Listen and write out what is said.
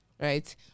right